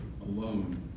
alone